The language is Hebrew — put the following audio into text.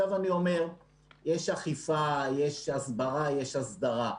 יש אכיפה, יש הסברה, יש הסדרה.